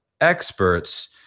experts